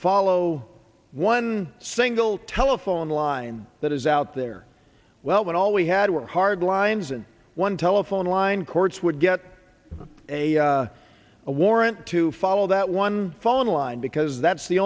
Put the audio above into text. follow one single telephone line that is out there well when all we had were hard lines and one telephone line courts would get a warrant to follow that one fall in line because that's the